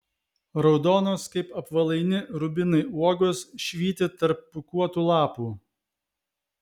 raudonos kaip apvalaini rubinai uogos švyti tarp pūkuotų lapų